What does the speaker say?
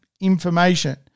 information